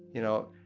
you know,